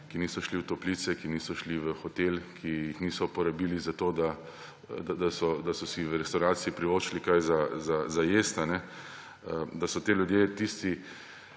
ki niso šli v toplice, ki niso šli v hotel, ki jih niso porabili za to, da so si v restavraciji privoščili kaj za jesti, da so ti ljudje tisti,